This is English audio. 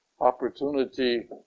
opportunity